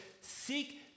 seek